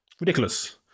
ridiculous